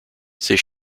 ces